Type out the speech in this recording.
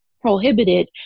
prohibited